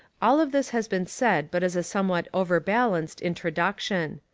all of this has been said but as a somewhat overbalanced introduction.